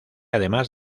además